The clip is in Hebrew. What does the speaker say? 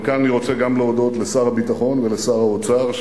כאן אני רוצה גם להודות לשר הביטחון ולשר האוצר,